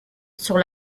sur